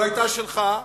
והיתה שלך,